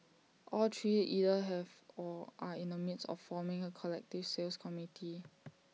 all three either have or are in the midst of forming A collective sales committee